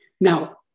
Now